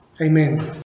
Amen